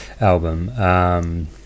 album